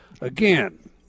Again